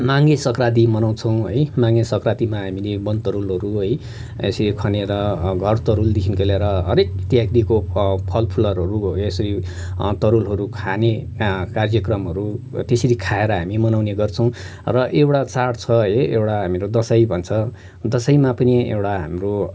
माघे सङ्क्रान्ति मनाउँछौँ है माघे सङ्क्रान्तिमा हामीले बन तरुलहरू है यसै खनेर घर तरुलदेखिको लिएर हरेक इत्यादिको फलफुलहरू यसरी तरुलहरू खाने कार्यक्रमहरू त्यसरी खाएर हामी मनाउने गर्छौँ र एउटा चाड छ है एउटा चाहिँ हामीले दसैँ दसैँमा पनि एउटा हाम्रो